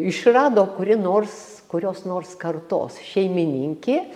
išrado kuri nors kurios nors kartos šeimininkė